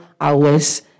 hours